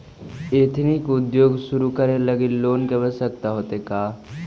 Ethnic उद्योग शुरू करे लगी लोन के आवश्यकता होतइ का?